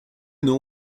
know